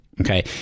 Okay